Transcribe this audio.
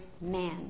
Man